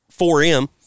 4M